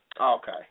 Okay